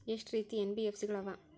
ಎಷ್ಟ ರೇತಿ ಎನ್.ಬಿ.ಎಫ್.ಸಿ ಗಳ ಅವ?